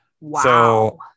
Wow